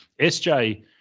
SJ